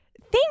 thank